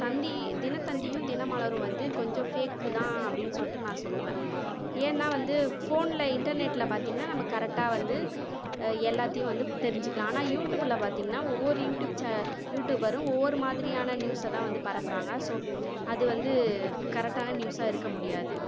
தந்தி தினத்தந்தியும் தினமலரும் வந்து கொஞ்சம் ஃபேக் தான் அப்படின்னு சொல்லிவிட்டு நான் சொல்வேன் ஏன்னா வந்து போனில் இன்டர்நெட்டில் பார்த்தீங்கன்னா கரெக்டாக வந்து எல்லோத்தையும் வந்து தெரிஞ்சுக்கலாம் ஆனால் யூடியூப்பில் பார்த்தீங்கன்னா ஒவ்வொரு யூடியூப் யூடுயூபரும் ஒவ்வொரு மாதிரியான நியூஸ் தான் வந்து பரப்புகிறாங்க ஸோ அது வந்து கரெக்டான நியூஸாக இருக்க முடியாது